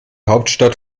hauptstadt